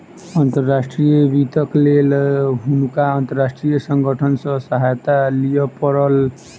अंतर्राष्ट्रीय वित्तक लेल हुनका अंतर्राष्ट्रीय संगठन सॅ सहायता लिअ पड़ल